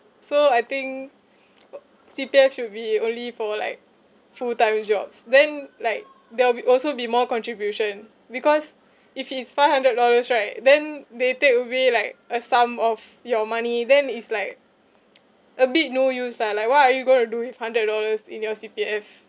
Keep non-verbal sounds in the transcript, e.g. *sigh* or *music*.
so I think *noise* C_P_F should be only for like full time jobs then like there will be also be more contribution because if it's five hundred dollars right then they take away like a sum of your money then it's like *noise* a bit no use lah like what are you going to do with hundred dollars in your C_P_F